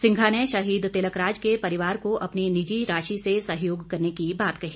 सिंघा ने शहीद तिलक राज के परिवार को अपनी निजी राशि से सहयोग करने की बात कही